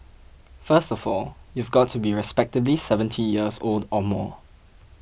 first of all you've got to be respectably seventy years old or more